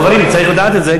חברים, צריך לדעת את זה.